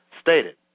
stated